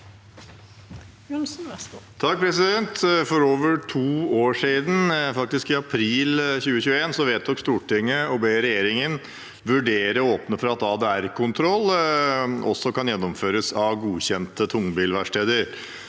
(FrP) For over to år siden, i april 2021, vedtok Stortinget å be regjeringen vurdere å åpne for at ADR-kontroll også kan gjennomføres av godkjente tungbilverksteder.